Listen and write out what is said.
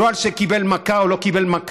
לא על שהוא קיבל מכה או לא קיבל מכה,